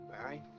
Barry